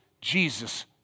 Jesus